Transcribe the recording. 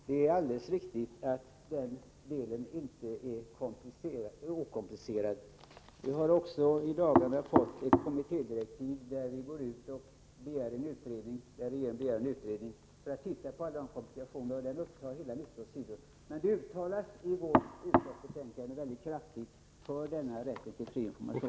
Det är alldeles riktigt att den frågan inte är okomplicerad. Vi har i dagarna fått ett kommittédirektiv på hela 19 sidor om en utredning av alla de komplikationer som finns på det här området. I utskottsbetänkandet uttalar vi oss mycket kraftigt för denna rätt till fri information.